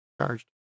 Charged